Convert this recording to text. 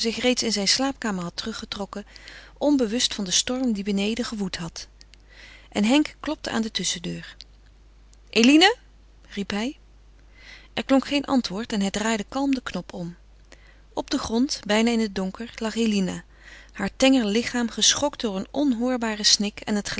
reeds in zijn slaapkamer had teruggetrokken onbewust van den storm die beneden gewoed had en henk klopte aan de tusschendeur eline riep hij er klonk geen antwoord en hij draaide kalm den knop om op den grond bijna in het donker lag eline haar tenger lichaam geschokt door een onhoorbaren snik en het